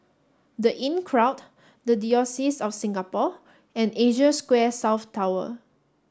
The Inncrowd The Diocese of Singapore and Asia Square South Tower